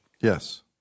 Yes